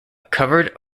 covered